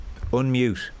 Unmute